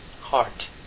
heart